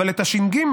הש"ג,